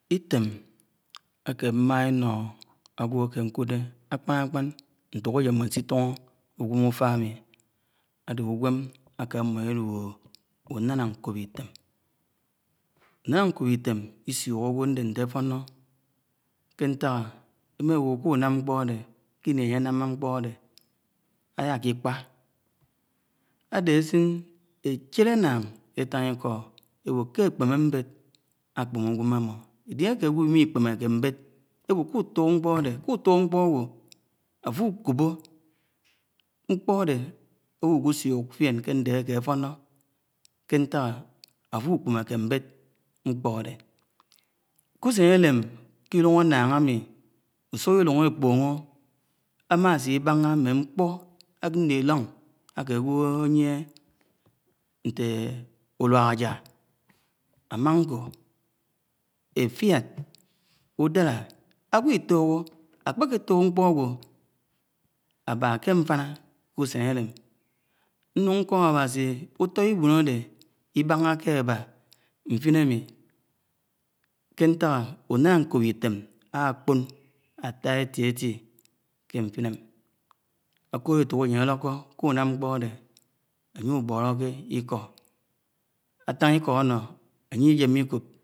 Ítém áké ámmáh ínó ágẃọ áke ákud́e. Ákpānkpān ntūk aj̄en mṃoṇ ṇsitúhó úgwem úfá ámí áde uǵweṃ áke ámm̱ó elúhọ́ unáná nkó̱p Itém. Únáńa̱ ṉḱpo Itém ̱ ísiohọ́ aǵwo ̱ké nté áfọ́ṇ. Ké ñták? emáwó kúnám ṉkpó áde, kini ánye anámá nkpó áde Alákikpá. Áde ásin échéd ánnáng eta̱ñ lkó ew̄ọ ke akpeme mbed ak̄pene ùgwem amo edieké agẃo mmikpemeke mbed, ewo kútúk ṉkṕọ áde, kútúk ṉkṕọ ágw̄o, áfo̱ ukobo, nkpo̱ áde áwọ kú súk fién ke nde ake afono, ke ntak?afo ukpeme ke mbed ṉkpọ áde. Kúsén élem ke llung annag, ami, usúk uúng ēk̄púho̱ nm̱a ásibáhá mm̱ē nkpo nlilon mme agwo eyie nte uruan aja, amango, éfiad, údálá, agẃọ́ ítúho̱, ákpe̱ke túd mkpo̱ agwo. aba ké mfina ke usen elem, nūn kọ́m Awasi, ụtó lbán áde, lbáháke ába nfin ami. ke ntak? Unana nkop ítem̱ akpan ata, eti eti ke nfinem, akọ́d éto̱k ajen álọkọ kunám̱ nkpo̱ áde, anye ubólọké ík̄ọ.